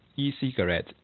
E-cigarette